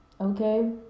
Okay